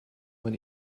man